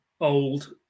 old